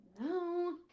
no